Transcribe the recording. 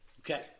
Okay